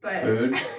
food